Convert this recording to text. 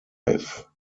life